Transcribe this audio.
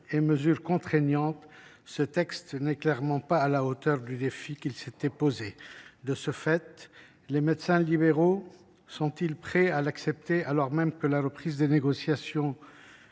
et mesures contraignantes, ce texte n’est clairement pas à la hauteur du défi qu’il s’était proposé de relever. Les professionnels libéraux sont ils prêts à l’accepter, alors même que les négociations